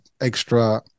extra